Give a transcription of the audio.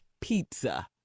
pizza